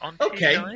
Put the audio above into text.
Okay